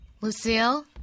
Lucille